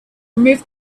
removed